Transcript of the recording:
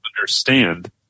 understand